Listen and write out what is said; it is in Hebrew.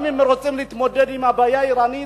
אם רוצים להתמודד גם עם הבעיה האירנית,